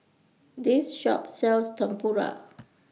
This Shop sells Tempura